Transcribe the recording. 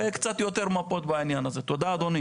וקצת יותר מפות בעניין הזה, תודה אדוני.